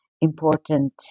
important